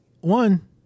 one